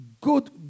good